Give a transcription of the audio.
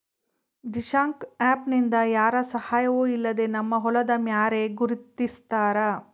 Dishank app ನಿಂದ ಯಾರ ಸಹಾಯವೂ ಇಲ್ಲದೆ ನಮ್ಮ ಹೊಲದ ಮ್ಯಾರೆ ಗುರುತಿಸ್ತಾರ